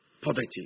poverty